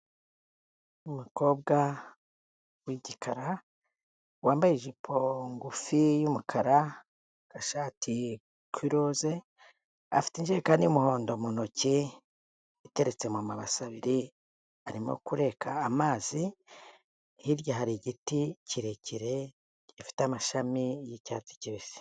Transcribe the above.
Umukobwa w'igikara, wambaye ijipo ngufi y'umukara, agashati k'iroze, afite ijerekani y'umuhondo mu ntoki, iteretse mu mabasi abiri, arimo kureka amazi, hirya hari igiti kirekire gifite amashami y'icyatsi kibisi.